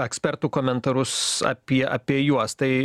ekspertų komentarus apie apie juos tai